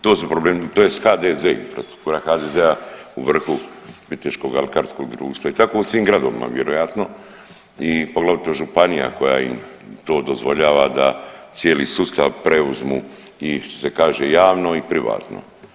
To su problemi, to je HDZ infrastruktura, infrastruktura HDZ-a Viteškog alkarskog društva i tako u svim gradovima vjerojatno i poglavito županija koja im to dozvoljava da cijeli sustav preuzmu i što se kaže javno i privatno.